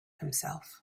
himself